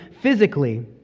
physically